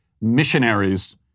missionaries